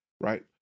right